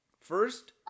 first